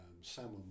salmon